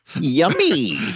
Yummy